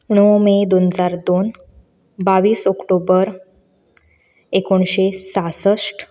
णव मे दोन हजार दोन बावीस ऑक्टोबर एकोणिशें सासश्ट